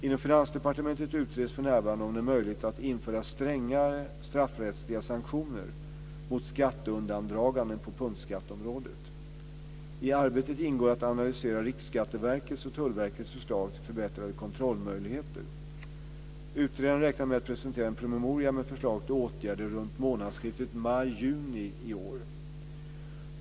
Inom Finansdepartementet utreds för närvarande om det är möjligt att införa strängare straffrättsliga sanktioner mot skatteundandraganden på punktskatteområdet. I arbetet ingår att analysera Riksskatteverkets och Tullverkets förslag till förbättrade kontrollmöjligheter. Utredaren räknar med att presentera en promemoria med förslag till åtgärder runt månadsskiftet maj/juni 2001.